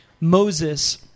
Moses